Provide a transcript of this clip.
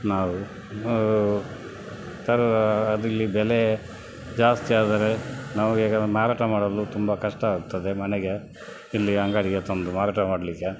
ನಾವು ಅದು ತರಲು ಅದಿಲ್ಲಿ ಬೆಲೆ ಜಾಸ್ತಿಆದರೆ ನಮಗೆ ಕೆಲವೊಂದು ಮಾರಾಟ ಮಾಡಲು ತುಂಬ ಕಷ್ಟವಾಗ್ತದೆ ಮನೆಗೆ ಇಲ್ಲಿ ಅಂಗಡಿಗೆ ತಂದು ಮಾರಾಟ ಮಾಡಲಿಕ್ಕೆ